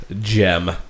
Gem